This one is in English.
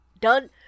done